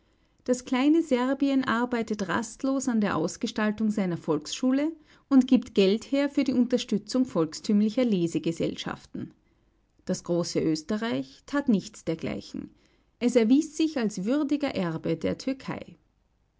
das kleine serbien arbeitet rastlos an der ausgestaltung seiner volksschule und gibt geld her für die unterstützung volkstümlicher lesegesellschaften das große österreich tat nichts dergleichen es erwies sich als würdiger erbe der türkei